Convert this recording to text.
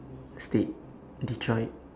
state detroit